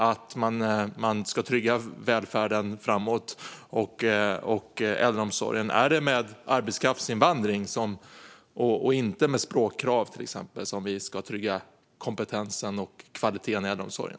Ska man trygga välfärden och klara äldreomsorgen genom arbetskraftsinvandring? Är det inte med språkkrav som man ska trygga kompetensen och kvaliteten i äldreomsorgen?